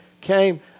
came